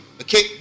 okay